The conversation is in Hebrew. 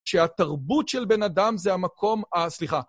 שהתרבות של בן אדם זה המקום... סליחה.